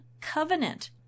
covenant